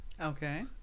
okay